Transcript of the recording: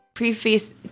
Preface